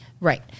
Right